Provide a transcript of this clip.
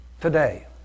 today